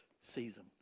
season